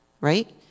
Right